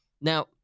Now